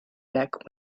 back